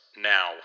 now